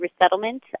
Resettlement